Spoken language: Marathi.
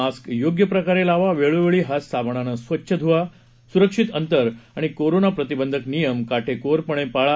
मास्क योग्य प्रकारे लावा वेळोवेळी हात साबणाने स्वच्छ धुवा सुरक्षित अंतर आणि कोरोना प्रतिबंधक नियम काटेकोरपणे पाळा